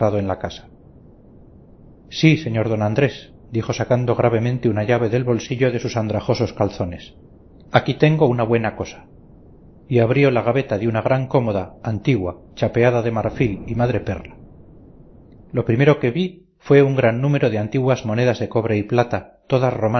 en la casa sí señor d andrés dijo sacando gravemente una llave del bolsillo de sus andrajosos calzones aquí tengo una buena cosa y abrió la gaveta de una gran cómoda antigua chapeada de marfil y madreperla lo primero que vi fue un gran número de antiguas monedas de cobre y plata todas